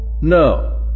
No